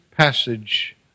Passage